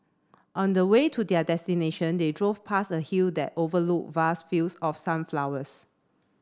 on the way to their destination they drove past a hill that overlooked vast fields of sunflowers